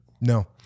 No